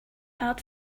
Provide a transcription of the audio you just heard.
hard